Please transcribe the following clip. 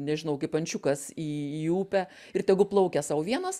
nežinau kaip ančiukas į į upę ir tegu plaukia sau vienas